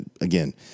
again